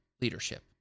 leadership